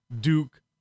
Duke